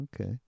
Okay